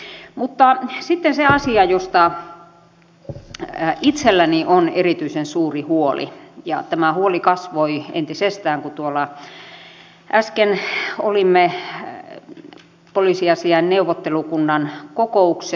mutta sitten se asia josta itselläni on erityisen suuri huoli ja tämä huoli kasvoi entisestään kun äsken olimme tuolla poliisiasiain neuvottelukunnan kokouksessa